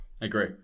agree